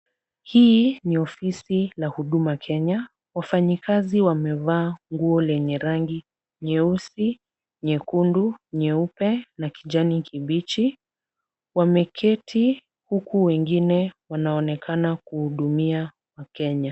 Hii ni ofisi la Huduma Kenya. Wafanyikazi wamevaa nguo lenye rangi nyeusi, nyekundu, nyeupe na kijani kibichi. Wameketi huku wengine wanaonekana kuhudumia wakenya.